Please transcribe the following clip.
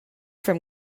from